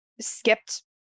skipped